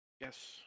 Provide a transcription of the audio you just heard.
Yes